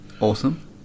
Awesome